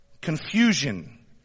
confusion